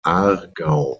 aargau